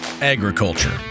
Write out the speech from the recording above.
Agriculture